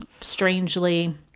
strangely